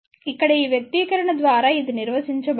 ఇక్కడ ఈ వ్యక్తీకరణ ద్వారా ఇది నిర్వచించబడింది